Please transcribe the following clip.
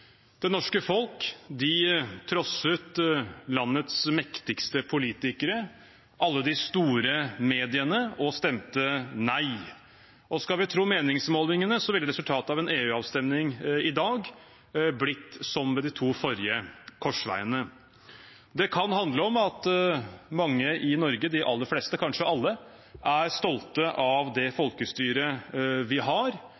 Det norske folk trosset landets mektigste politikere og alle de store mediene og stemte nei. Skal vi tro meningsmålingene, ville resultatet av en EU-avstemning i dag blitt som ved de to forrige korsveiene. Det kan handle om at mange i Norge – de aller fleste, kanskje alle – er stolte av det folkestyret vi har,